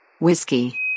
Whiskey